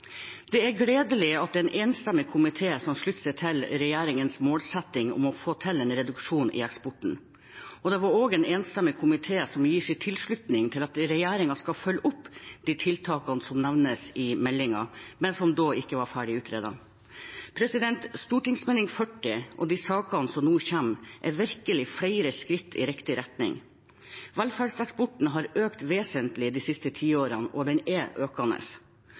Det er gledelig at det er en enstemmig komité som slutter seg til regjeringens målsetting om å få til en reduksjon i eksporten, og det er også en enstemmig komité som gir sin tilslutning til at regjeringen skal følge opp de tiltakene som nevnes i meldingen, men som da den kom, ikke var ferdig utredet. Stortingsmeldingen og de sakene som nå kommer, er virkelig flere skritt i riktig retning. Velferdseksporten har økt vesentlig de siste ti årene, og den er økende.